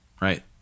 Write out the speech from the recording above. Right